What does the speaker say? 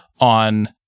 on